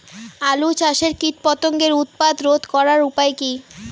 আলু চাষের কীটপতঙ্গের উৎপাত রোধ করার উপায় কী?